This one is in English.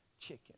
chicken